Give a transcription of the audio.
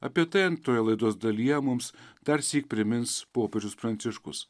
apie tai antroje laidos dalyje mums darsyk primins popiežius pranciškus